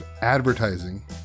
advertising